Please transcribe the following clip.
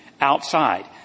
outside